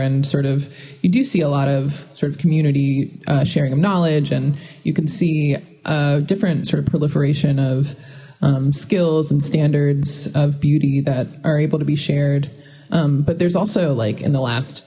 and sort of you do see a lot of sort of community sharing of knowledge and you can see a different sort of proliferation of skills and standards of beauty that are able to be shared but there's also like in the last